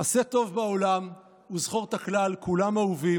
עשה טוב בעולם וזכור את הכלל: כולם אהובים,